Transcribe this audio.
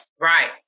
Right